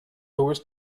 louis